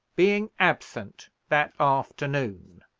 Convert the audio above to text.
being absent that afternoon.